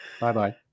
Bye-bye